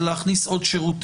אבל פועלים להכניס עוד שירותים,